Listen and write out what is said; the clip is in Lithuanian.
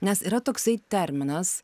nes yra toksai terminas